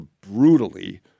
brutally